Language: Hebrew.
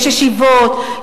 יש ישיבות,